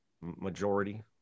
majority